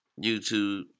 YouTube